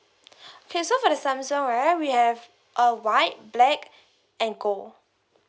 K for the samsung right we have uh white black and gold